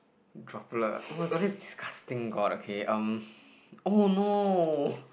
chocolate oh-my-god this is disgusting god okay um oh no